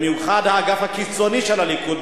במיוחד האגף הקיצוני של הליכוד,